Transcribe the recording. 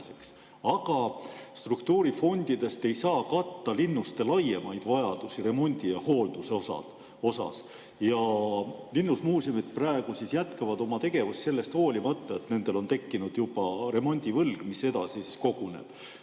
Aga struktuurifondidest ei saa katta linnuste laiemaid remondi‑ ja hooldusvajadusi. Linnusmuuseumid jätkavad oma tegevust sellest hoolimata, et nendel on tekkinud juba remondivõlg, mis edasi koguneb.